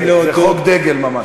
זה חוק דגל ממש.